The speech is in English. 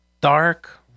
dark